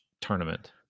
tournament